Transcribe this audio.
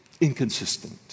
inconsistent